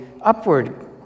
upward